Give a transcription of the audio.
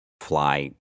fly